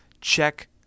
check